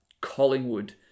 Collingwood